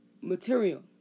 material